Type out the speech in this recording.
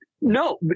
No